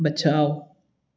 बचाओ